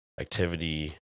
activity